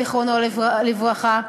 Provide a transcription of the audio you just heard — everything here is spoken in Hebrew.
זיכרונו לברכה,